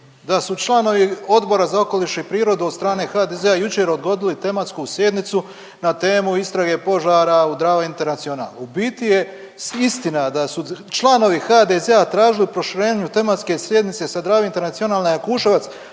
da su članovi Odbora za okoliš i prirodu od strane HDZ-a jučer odgodili tematsku sjednicu na temu istrage požara u Drava International. U biti je istina da su članovi HDZ-a tražili proširenje tematske sjednice sa Drava Internationala na Jakuševac,